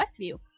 Westview